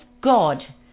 god